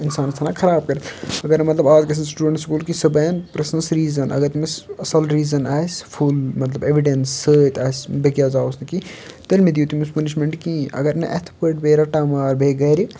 اِنسانَس ژھُنان خراب کٔرِتھ اگر نہٕ مطلب اَز گژھِ نہٕ سِٹوٗڈَنٛٹ سکوٗل کیٚنٛہہ صُبحَن پرٛژھنَس ریٖزَن اگر تٔمِس اَصٕل ریٖزَن آسہِ فُل مطلب ایٚوِڈیٚنٛس سۭتۍ آسہِ بہٕ کیٛاز آوُس نہٕ کیٚنٛہہ تَمہِ ڈیٹہٕ نہٕ پُنِشمٮ۪نٛٹ کِہیٖنٛۍ اگر نہٕ یِتھٕ پٲٹھۍ بیٚیہِ رٹان مار بیٚہہِ گرِ